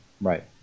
Right